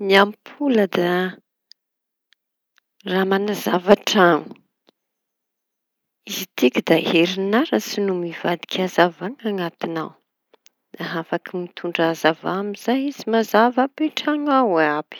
Ny ampôla da raha manazava traño izy tiky da herinaratsy no mivadiky hazavana anatiñy ao da afaky mitondra hazava amizay izy mazava àby traño ao iàby.